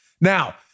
Now